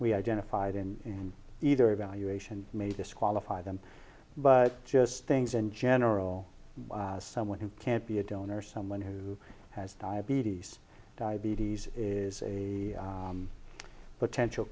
we identified in either evaluation may disqualify them but just things in general someone who can't be a donor or someone who has diabetes diabetes is a potential